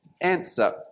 answer